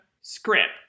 script